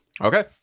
Okay